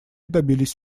добились